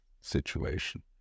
situation